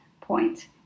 point